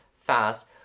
Fast